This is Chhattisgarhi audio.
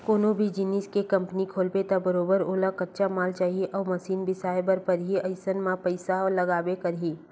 कोनो भी जिनिस के कंपनी खोलबे त बरोबर ओला कच्चा माल चाही अउ मसीन बिसाए बर परही अइसन म पइसा लागबे करही